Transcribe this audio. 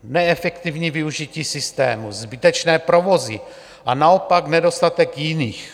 Neefektivní využití systému, zbytečné provozy a naopak nedostatek jiných.